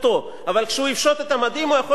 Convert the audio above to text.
כשהוא יפשוט את המדים הוא יכול להצטרף